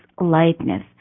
lightness